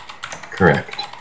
Correct